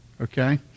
Okay